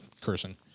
cursing